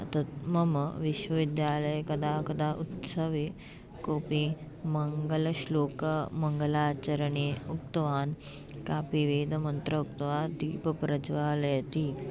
तत् मम विश्वविद्यालये कदा कदा उत्सवे कोपि मङ्गलश्लोकः मङ्गलाचरणे उक्तवान् कापि वेदमन्त्रम् उक्त्वा दीपं प्रज्वालयति